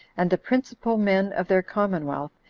and the principal men of their commonwealth,